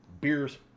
beers